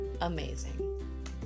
Amazing